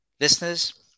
listeners